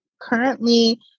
currently